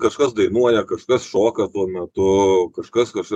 kažkas dainuoja kažkas šoka tuo metu kažkas kaž